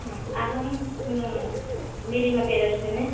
अहम् निरिम तेजस्विनी